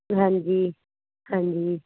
ਹਾਂਜੀ ਹਾਂਜੀ